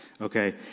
okay